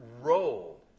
role